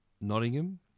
Nottingham